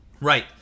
Right